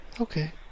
Okay